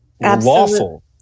Lawful